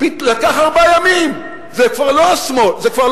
לקח ארבעה ימים, זה כבר לא ערבים,